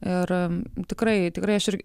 ir tikrai tikrai aš ir